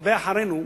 שהרבה אחרינו,